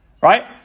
right